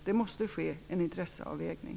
Här måste ske en intresseavvägning.